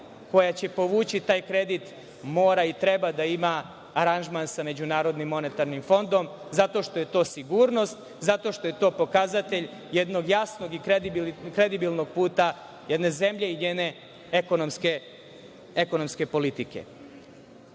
koja će povući taj kredit mora i treba da ima aranžman sa MMF zato što je to sigurnost, zato što je to pokazatelj jednog jasnog i kredibilnog puta jedne zemlje i njene ekonomske politike. Mi